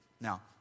Now